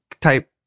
type